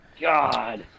God